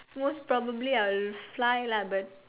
most probably I'll fly lah but